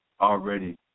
already